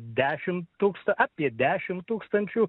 apie dešim tūkstančių